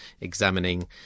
examining